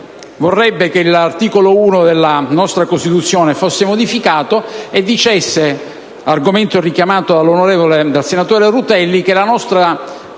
vorrebbe che l'articolo 1 della nostra Costituzione fosse modificato e dicesse - argomento richiamato dal senatore Rutelli - che la nostra